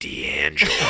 D'Angelo